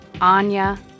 Anya